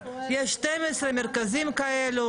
יש 12 מרכזים כאלה